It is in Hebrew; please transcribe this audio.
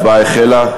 ההצבעה החלה.